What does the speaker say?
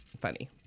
funny